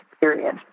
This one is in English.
period